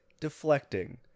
Deflecting